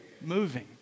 moving